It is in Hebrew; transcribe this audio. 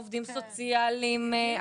עובדים סוציאליים,